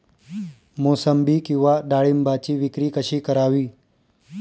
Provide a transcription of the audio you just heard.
मोसंबी किंवा डाळिंबाची विक्री कशी करावी?